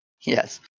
Yes